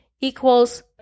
equals